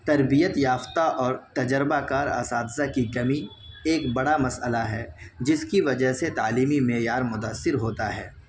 تربیت یافتہ اور تجربہ کار اساتذہ کی کمی ایک بڑا مسئلہ ہے جس کی وجہ سے تعلیمی معیار متأثر ہوتا ہے